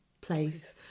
place